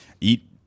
eat